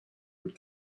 and